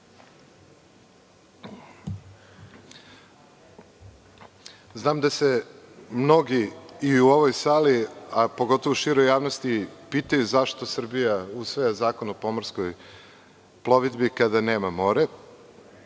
Znam da se mnogi i u ovoj sali a pogotovo u široj javnosti pitaju zašto Srbija usvaja Zakon o pomorskoj plovidbi kada nema more?